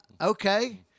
okay